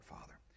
Father